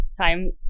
time